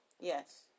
Yes